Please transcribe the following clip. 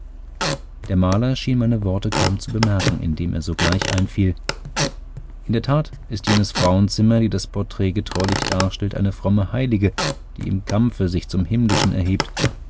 der maler schien meine worte kaum zu bemerken indem er sogleich einfiel in der tat ist jenes frauenzimmer die das porträt getreulich darstellt eine fromme heilige die im kampfe sich zum himmlischen erhebt